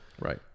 Right